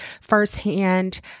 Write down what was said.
firsthand